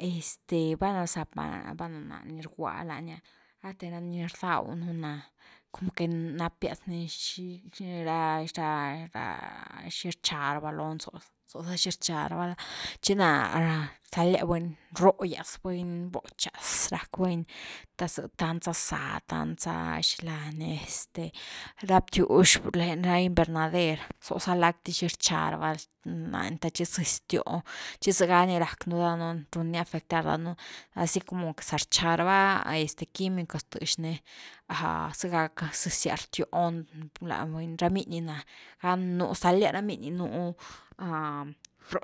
Este valna zapa ni, valna ná ni rguá lani ah rathe ra ni rdaw nú na como que rapias ni xini ra-ra xi rcha rava lony, zo diz xini rcha ra’va chi na stalias buny, brogyas buny, bóchas rack buny te zé tansa zá tanza xila ni este ra btywx lañ ra invernader zoza blacti xi rcha ra’va lani te chi zëzy tion chi zëga ni rack nú danuun run ni afectar danuunu asi como zarcha rava este químicos tëxni, zega zesias rtioni la buny, ra miny na gan un stalias ra miny nú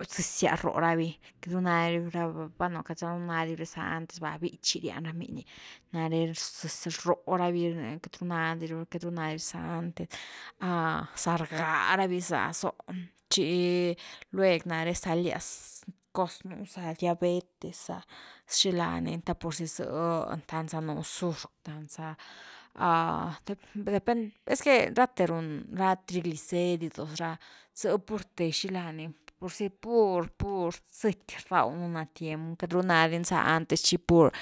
zesias bró ravi queity ru na di ravi bueno queity za rú nadi ravi za antes va bíchy rian ra miny, nare zezy-zezy róh ravi queity ru na diravi queity ru na di ravi za antes za rga ravi za zóh chi lueg nare stalias cos nú za diabetes za, xila ni te pur zy zëh tansa nú xurc tansa, depende, esque rathe run ra triglicéridos ra, ze purte xilani purzy pur-pur zëty rdaw nú na tiem queity ru na di ni za antes, chi pur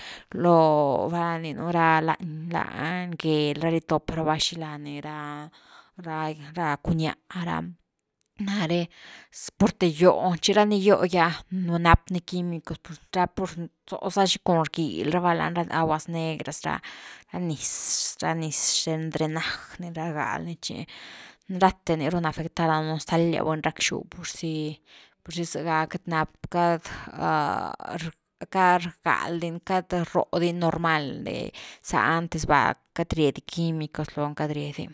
loo valna rninu ra lan-lan gel ra ritop rava xila ni ra-ra cuñah ra nare purte gioni chira ni gio gy ah rapni químicos, zo sa xi cun rgil rava lani, ra aguas negras ra, ra niz-ra niz xthen drenaj ni rgal ni chi, rathe ni run afectar danuun, stalias buny rackxu pursi-pursi zega queity nap queity rgal dini queity róh di ni normal de za antes va queity rye di químicos loni queity rye di.